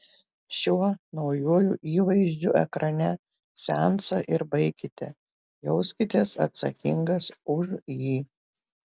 šiuo naujuoju įvaizdžiu ekrane seansą ir baikite jauskitės atsakingas už jį